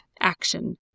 action